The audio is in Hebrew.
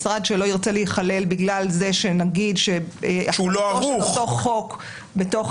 משרד שלא ירצה להיכלל בגלל זה שנגיד שתוקפו של חוק בתוך